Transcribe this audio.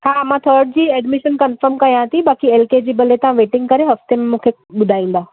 हा मां थर्ड जी एडमिशन कंफर्म करियां थी बाकी एल के जी भले तव्हां मिटिंग करे हफ़्ते में मूंखे ॿुधाईंदा